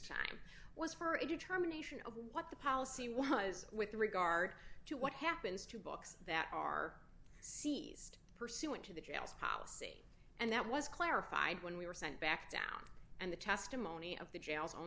time was for a determination of what the policy was with regard to what happens to books that are seized pursuant to the jail's policy and that was clarified when we were sent back down and the testimony of the jail's on